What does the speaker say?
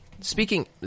Speaking